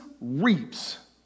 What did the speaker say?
reaps